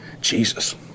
Jesus